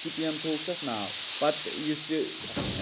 شُپیَن تھوٚوُکھ تَتھ ناو پَتہٕ یُس یہِ